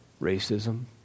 racism